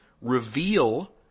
reveal